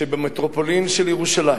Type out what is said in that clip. במטרופולין של ירושלים,